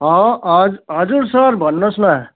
हवस् हजुर सर भन्नु होस् न